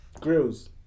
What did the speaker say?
Grills